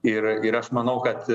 ir ir aš manau kad